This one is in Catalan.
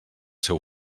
seu